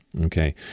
okay